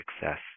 success